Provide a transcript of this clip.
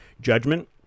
judgment